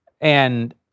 And-